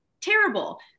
terrible